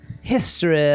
History